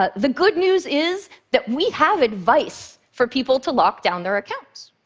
ah the good news is that we have advice for people to lock down their accounts.